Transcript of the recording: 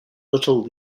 little